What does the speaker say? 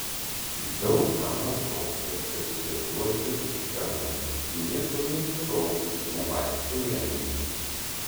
daug kam atrodė kad slepiuosi už kernagio niekur nesirodau nevaikštau į renginius